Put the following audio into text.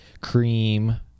cream